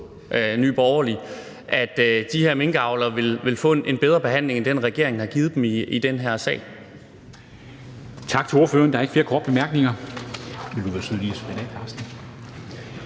Nye Borgerlige, at de her minkavlere vil få en bedre behandling end den, regeringen har givet dem i den her sag.